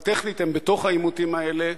אבל טכנית הם בתוך העימותים האלה,